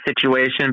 situation